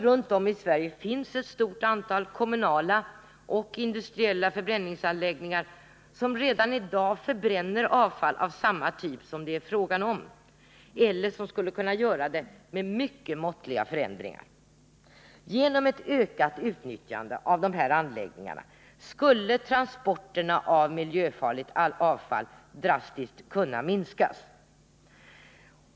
Runt om i Sverige finns ett stort antal kommunala och industriella förbränningsanläggningar, som redan i dag förbränner avfall av samma typ som det är frågan om eller som skulle kunna göra det efter mycket måttliga förändringar. Genom ett ökat utnyttjande av dessa anläggningar skulle transporterna av miljöfarligt avfall drastiskt kunna minskas.